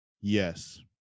Yes